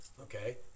okay